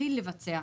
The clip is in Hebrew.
להתחיל לבצע.